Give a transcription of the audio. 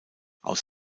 aus